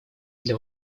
для